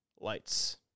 Lights